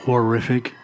Horrific